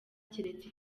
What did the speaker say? cyeretse